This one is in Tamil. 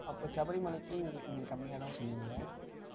அப்போ சபரிமலைக்கு எங்களுக்கு நீங்கள் கம்மியாக தான் சொன்னீங்க